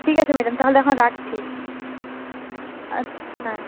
ঠিক আছে ম্যাডাম তাহলে এখন রাখছি আচ্ছা